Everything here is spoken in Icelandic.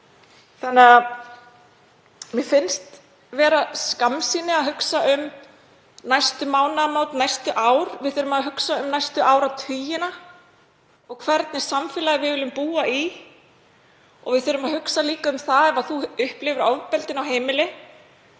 heldur. Mér finnst vera skammsýni að hugsa um næstu mánaðamót, næstu ár. Við þurfum að hugsa um næstu áratugina og hvernig samfélagi við viljum búa í. Við þurfum að hugsa líka um það að ef þú upplifir ofbeldi á heimili